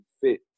fit